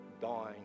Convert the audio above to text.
dying